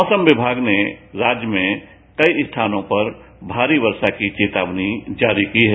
मौसम विभाग में ने राज्य में कई स्थानों पर भारी वर्षा की चेतावनी जारी की है